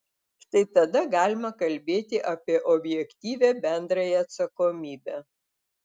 štai tada galima kalbėti apie objektyvią bendrąją atsakomybę